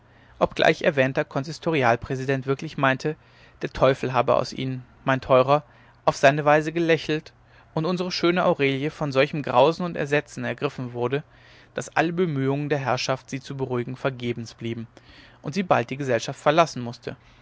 obgleich erwähnter konsistorialpräsident wirklich meinte der teufel habe aus ihnen mein teurer auf seine weise gelächelt und unsere schöne aurelie von solchem grausen und entsetzen ergriffen wurde daß alle bemühungen der herrschaft sie zu beruhigen vergebens blieben und sie bald die gesellschaft verlassen mußte